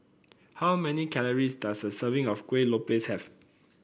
how many calories does a serving of Kuih Lopes have